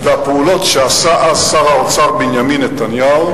הפעולות שעשה אז שר האוצר בנימין נתניהו,